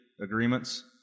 agreements